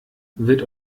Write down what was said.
wird